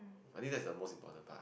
I think that's the most important part